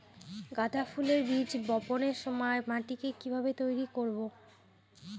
গাদা ফুলের বীজ বপনের সময় মাটিকে কিভাবে তৈরি করব?